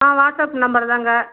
ஆ WhatsApp நம்பருதாங்க